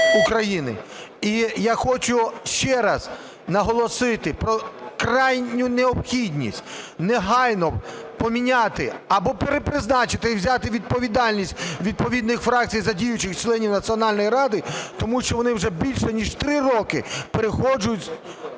України. І я хочу ще раз наголосити про крайню необхідність негайно поміняти або перепризначити і взяти відповідальність відповідних фракцій за діючих членів Національної ради, тому що вони вже більше ніж 3 роки переходжують